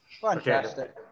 Fantastic